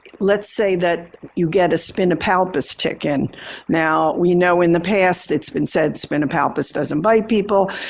let's say that you get a spinapalpus tick in now, we know in the past it's been said spinapalpus doesn't bite people.